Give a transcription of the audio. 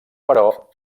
però